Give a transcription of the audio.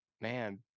man